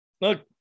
look